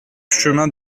chemin